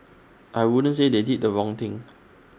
I wouldn't say they did the wrong thing